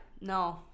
no